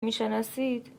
میشناسید